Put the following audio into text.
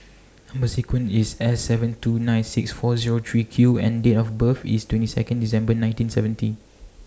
Number sequence IS S seven two nine six four Zero three Q and Date of birth IS twenty Second December nineteen seventy